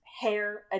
Hair